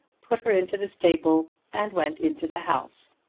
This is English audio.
put her into the stable and went into the house.